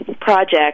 project